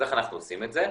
איך אנחנו עושים את זה?